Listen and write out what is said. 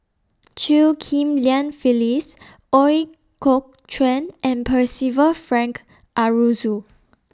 Chew Ghim Lian Phyllis Ooi Kok Chuen and Percival Frank Aroozoo